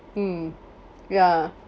mm ya